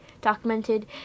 documented